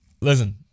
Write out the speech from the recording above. listen